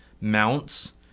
mounts